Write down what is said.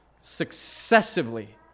successively